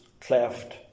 Cleft